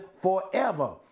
forever